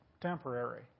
temporary